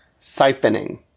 Siphoning